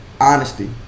Honesty